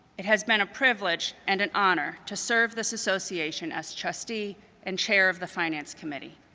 it has been a privilege and an honor to serve this association as trustee and chair of the finance committee.